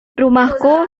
rumahku